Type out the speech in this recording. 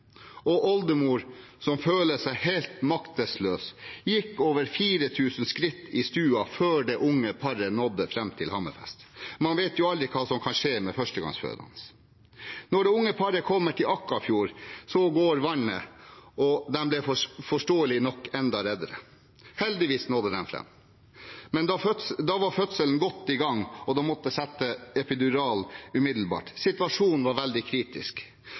seg helt maktesløs og gikk over 4 000 skritt i stuen før det unge paret nådde fram til Hammerfest. Man vet jo aldri hva som kan skje en førstegangsfødende. Da det unge paret kom til Akkarfjord, gikk vannet, og forståelig nok ble de enda reddere. Heldigvis nådde de fram. Da var fødselen godt gang, og de måtte sette epidural umiddelbart. Situasjonen var veldig kritisk.